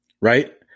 right